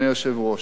"אבל מה,